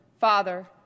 father